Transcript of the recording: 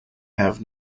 have